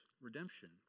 redemption